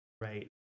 right